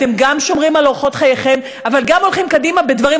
אתם גם שומרים על אורחות חייכם אבל גם הולכים קדימה בדברים,